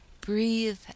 breathe